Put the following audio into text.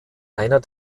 einer